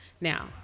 Now